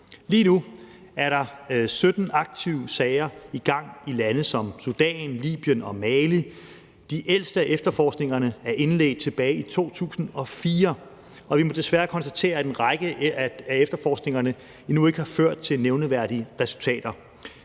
Lige nu er der 17 aktive sager i gang i lande som Sudan, Libyen og Mali, de ældste af efterforskningerne er indledt tilbage i 2004, og vi må desværre konstatere, at en række af efterforskningerne endnu ikke har ført til nævneværdige resultater.